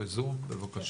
בבקשה.